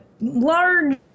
large